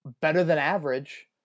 better-than-average